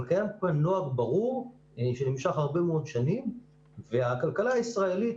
קיים נוהג ברור שנמשך הרבה מאוד שנים והכלכלה הישראלית,